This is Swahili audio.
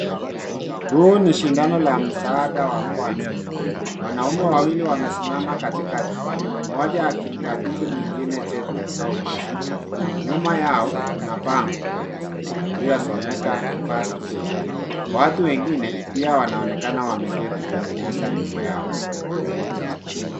Huu ni shindano la msaada wa kwanza. Wanaume wawili wamesimama katikati mmoja akimkabidhi mwingine cheti au tuzo. Nyuma yao Kuna bango iliyosomeka first aid. Watu wengine pia wanaonekana wameketi kwenye meza nyuma yao.